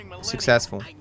successful